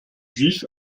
juif